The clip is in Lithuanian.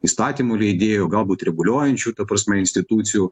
įstatymų leidėjų galbūt ribuliuojančių ta prasme institucijų